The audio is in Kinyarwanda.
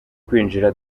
kwinjira